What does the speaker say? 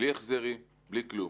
בלי החזרים, בלי כלום.